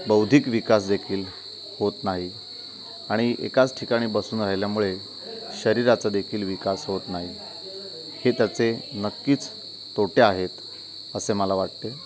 बौद्धिक विकास देखील होत नाही आणि एकाच ठिकाणी बसून राहिल्यामुळे शरीराचा देखील विकास होत नाही हे त्याचे नक्कीच तोटे आहेत असे मला वाटते